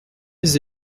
les